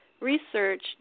research